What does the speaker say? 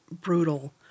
brutal